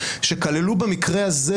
שכללו במקרה הזה,